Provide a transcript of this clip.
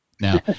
Now